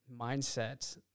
mindset